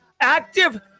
Active